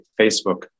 facebook